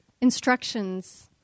instructions